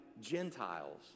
Gentiles